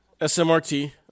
SMRT